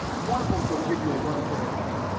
one of them is going to give you a run for the money.